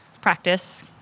practice